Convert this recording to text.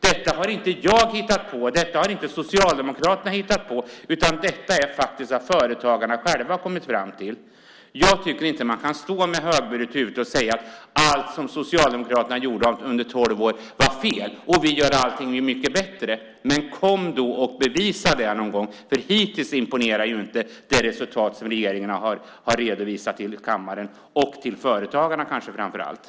Det är inget som jag och Socialdemokraterna hittat på, utan det är vad företagarna själva kommit fram till. Jag tycker inte man kan stå med högburet huvud och säga att allt som Socialdemokraterna gjorde under tolv år var fel och att man själv gör allting mycket bättre. Bevisa det i så fall! Hittills imponerar inte de resultat som regeringen redovisat för kammaren och framför allt för företagarna.